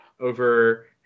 over